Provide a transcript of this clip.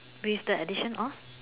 with the addition of